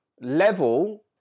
level